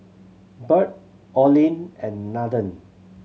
Bird Olin and Nathen